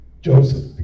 Joseph